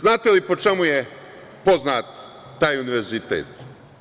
Znate li po čemu je poznat taj Univerzitet?